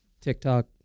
TikTok